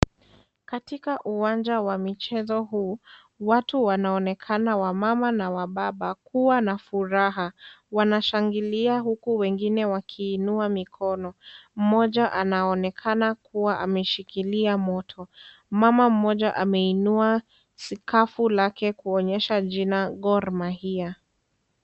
Katika uwanja wa michezo huu, watu wanaonekana wamama na wababa kuwa na furaha, wanashangilia huku wengine wakiinua mikono, mmoja anaonekana kuwa ameshikilia moto, mama mmoja ameinua scaf lake kuonyesha jina Gor Mahia.